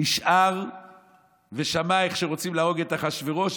נשאר ושמע איך רוצים להרוג את אחשוורוש,